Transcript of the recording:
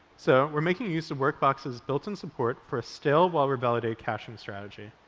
so we're making use of work boxes built in support for a stale-while-revalidate caching strategy,